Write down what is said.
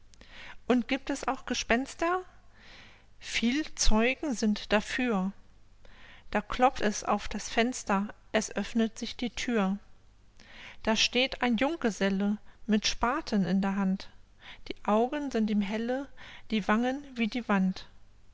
und gibt es auch gespenster viel zeugen sind dafür da klopft es auf das fenster es öffnet sich die thür da steht ein junggeselle mit spaten in der hand die augen sind ihm helle die wangen wie die wand